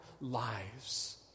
lives